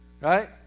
Right